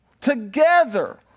together